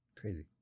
crazy